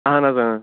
اَہَن حظ إں